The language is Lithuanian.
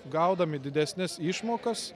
gaudami didesnes išmokas